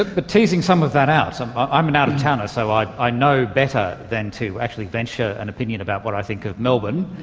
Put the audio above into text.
ah but teasing some of that out, i'm an out-of-towner, so i i know better than to actually venture an opinion about what i think of melbourne,